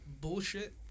bullshit